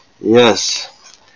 Yes